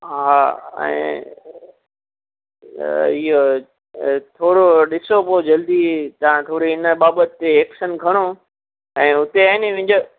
हा ऐं इहो थोरो ॾिसो पोइ जल्दी तव्हां दुर हिन बाबति ते एक्शन खणो ऐं हुते आहे नी मुंहिंजो